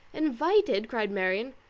invited! cried marianne.